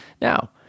Now